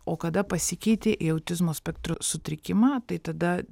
o kada pasikeitė į autizmo spektro sutrikimą tai tada